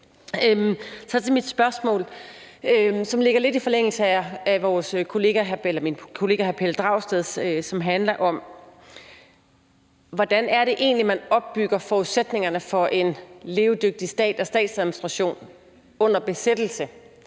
det. Så til mit spørgsmål, som lægger lidt i forlængelse af min kollega hr. Pelle Dragsteds, og som handler om, hvordan det egentlig er, man opbygger forudsætningerne for en levedygtig stat og statsadministrationen under besættelse.